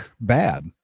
bad